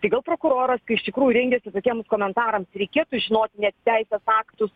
tai gal prokuroras kai iš tikrųjų rengiasi tokiems komentarams reikėtų žinoti net teisės aktus